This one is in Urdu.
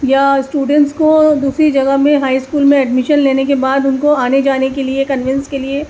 یا اسٹوڈینٹس کو دوسری جگہ میں ہائی اسکول میں ایڈمیشن لینے کے بعد ان کو آنے جانے کے لیے کنوینس کے لیے